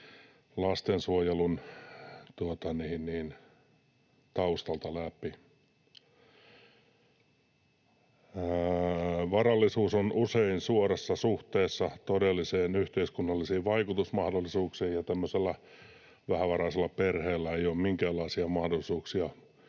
lastensuojelun taustalta läpi. Varallisuus on usein suorassa suhteessa todellisiin yhteiskunnallisiin vaikutusmahdollisuuksiin, ja tämmöisellä vähävaraisella perheellä ei ole minkäänlaisia mahdollisuuksia